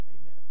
Amen